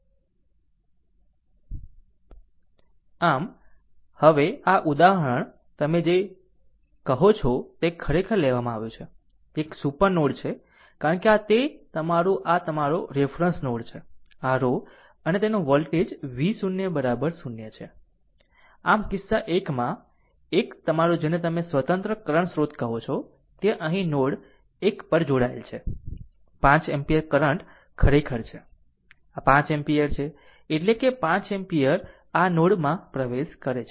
અને આમ હવે આ ઉદાહરણ જેને તમે કહો છો તે ખરેખર લેવામાં આવ્યું છે તે એક સુપર નોડ છે કારણ કે આ તે તમારું આ તમારો રેફરન્સ નોડ છે આ રો અને તેનું વોલ્ટેજ v 0 0 છે આમ આ કિસ્સા 1 માં 1 તમારું જેને તમે એક સ્વતંત્ર કરંટ સ્રોતકહો છો તે અહીં નોડ 1 પર જોડાયેલ છે 5 એમ્પીયર કરંટ ખરેખર છે આ 5 એમ્પીયર એટલે કે કરંટ 5 એમ્પીયર આ નોડ માં પ્રવેશ કરે છે